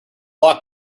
lock